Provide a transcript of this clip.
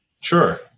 sure